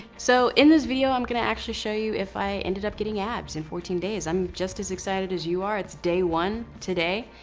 so, in this video, i'm gonna actually show you if i ended up getting abs in fourteen days. i'm just as excited as you are. it's day one today,